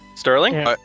Sterling